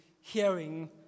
hearing